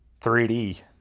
3D